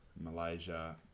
Malaysia